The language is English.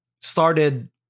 started